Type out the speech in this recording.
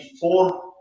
four